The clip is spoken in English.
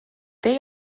they